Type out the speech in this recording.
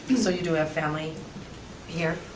so you do have family here?